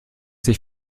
sich